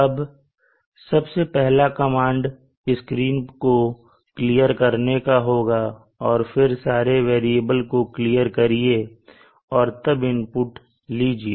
अब सबसे पहला कमांड स्क्रीन को क्लियर करने का होगा और फिर सारे वेरिएबल को क्लियर करिए और तब इनपुट्स लीजिए